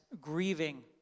grieving